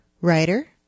Writer